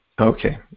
okay